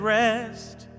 rest